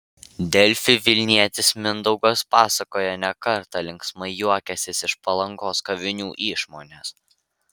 delfi vilnietis mindaugas pasakoja ne kartą linksmai juokęsis iš palangos kavinių išmonės